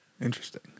Interesting